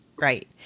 Right